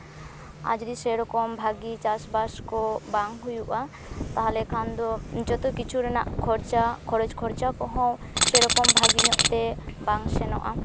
ᱟᱨ ᱡᱩᱫᱤ ᱥᱮᱨᱚᱠᱚᱢ ᱵᱷᱟᱜᱤ ᱪᱟᱥᱼᱵᱟᱥ ᱠᱚ ᱵᱟᱝ ᱦᱩᱭᱩᱜᱼᱟ ᱛᱟᱦᱚᱞᱮᱠᱷᱟᱱ ᱫᱚ ᱡᱚᱛᱚ ᱠᱤᱪᱷᱩ ᱨᱮᱱᱟᱜ ᱠᱷᱚᱨᱪᱟ ᱠᱷᱚᱨᱚᱪ ᱠᱷᱚᱨᱪᱟ ᱠᱚᱦᱚᱸ ᱥᱮᱨᱚᱠᱚᱢ ᱵᱷᱟᱜᱮ ᱧᱚᱜ ᱛᱮ ᱵᱟᱝ ᱥᱮᱱᱚᱜᱼᱟ